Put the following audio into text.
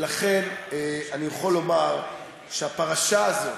לכן אני יכול לומר שהפרשה הזאת,